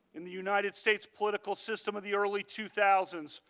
in the united states political system of the early two thousand,